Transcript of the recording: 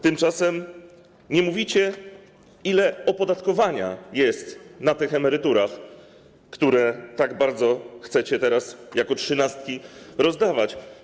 Tymczasem nie mówicie, ile opodatkowania jest na tych emeryturach, które tak bardzo chcecie teraz jako trzynastki rozdawać.